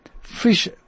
fish